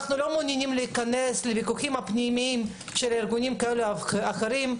אנחנו לא מעוניינים להיכנס לוויכוחים הפנימיים של ארגונים כאלה ואחרים.